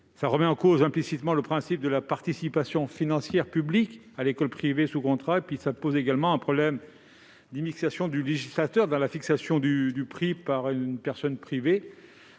Il remet en cause implicitement le principe de la participation financière publique à l'école privée sous contrat. Il pose un problème d'immixtion du législateur dans la fixation du prix par une personne privée.